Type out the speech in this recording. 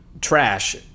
trash